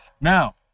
Now